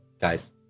guys